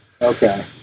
Okay